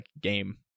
game